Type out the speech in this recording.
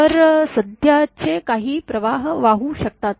तर सध्याचे काही प्रवाह वाहू शकतात